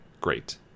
great